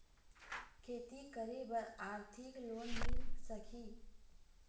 खेती करे बर आरथिक लोन मिल सकही?